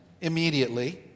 immediately